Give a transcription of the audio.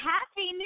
Happy